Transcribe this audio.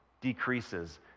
decreases